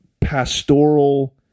pastoral